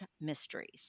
mysteries